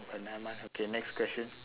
but never mind okay next question